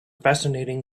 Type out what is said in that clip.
fascinating